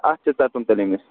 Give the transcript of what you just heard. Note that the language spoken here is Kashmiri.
اَتھٕ چھ ژَٹُن تیٚلہِ أمِس